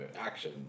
action